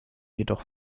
jedoch